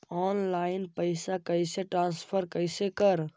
Online पैसा कैसे transfer कैसे कर?